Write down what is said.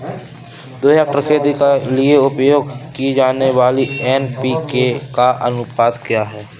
दो हेक्टेयर खेती के लिए उपयोग की जाने वाली एन.पी.के का अनुपात क्या है?